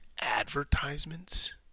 advertisements